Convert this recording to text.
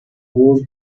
work